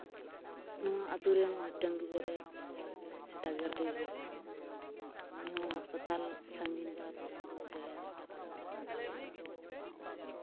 ᱱᱚᱣᱟ ᱟᱹᱛᱩ ᱨᱮᱱ ᱢᱤᱫ ᱜᱮᱨᱮ ᱥᱮᱛᱟ ᱥᱮᱛᱟ ᱜᱮᱨ ᱛᱮᱜᱮᱭ ᱜᱚᱡ ᱞᱮᱱᱟᱭ ᱩᱱᱤ ᱦᱚᱸ ᱦᱟᱥᱯᱟᱛᱟᱞ ᱥᱟᱺᱜᱤᱧ ᱡᱟᱞᱟᱛᱮ ᱵᱟᱝᱠᱚ ᱤᱫᱤ ᱫᱟᱲᱮᱭᱟᱫᱮᱭᱟ ᱴᱟᱠᱟ ᱯᱚᱭᱥᱟ ᱨᱮᱭᱟᱜ ᱚᱵᱷᱟᱵᱽ ᱡᱟᱞᱟᱛᱮ